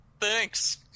Thanks